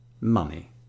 Money